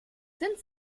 sind